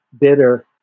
bitter